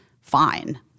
fine